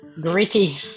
Gritty